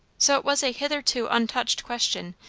so it was a hitherto untouched question,